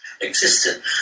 Existed